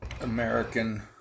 American